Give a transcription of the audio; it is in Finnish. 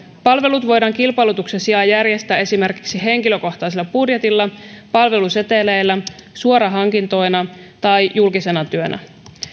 palvelut voidaan kilpailutuksen sijaan järjestää esimerkiksi henkilökohtaisella budjetilla palveluseteleillä suorahankintoina tai julkisena työnä